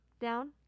down